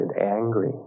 angry